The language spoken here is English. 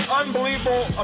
unbelievable